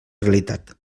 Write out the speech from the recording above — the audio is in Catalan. realitat